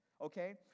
Okay